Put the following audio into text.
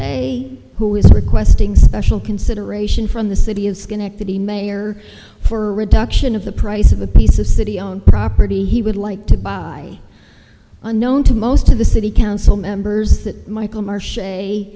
a who is requesting special consideration from the city of schenectady mayor for reduction of the price of a piece of city owned property he would like to buy unknown to most of the city council members that michael mar